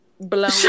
Blown